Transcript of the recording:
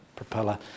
propeller